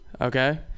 Okay